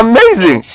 Amazing